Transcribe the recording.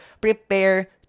Prepare